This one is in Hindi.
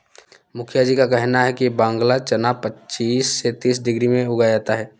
मुखिया जी का कहना है कि बांग्ला चना पच्चीस से तीस डिग्री में उगाया जाए